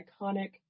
iconic